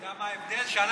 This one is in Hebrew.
ההבדל הוא,